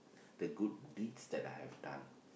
the good deeds that I have done